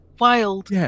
Wild